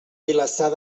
vilassar